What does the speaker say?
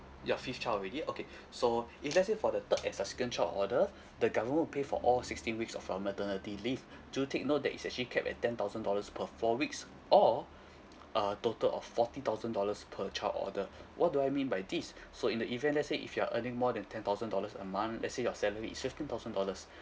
your fifth child already okay so if let's say for the third and subsequent child of order the government will pay for all sixteen weeks of uh maternity leave do take note that it's actually capped at ten thousand dollars per four weeks or a total of forty thousand dollars per child order what do I mean by this so in the event let's say if you're earning more than ten thousand dollars a month let's say your salary is fifteen thousand dollars